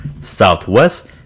southwest